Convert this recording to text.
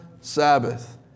Sabbath